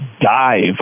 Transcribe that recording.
dive